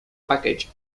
package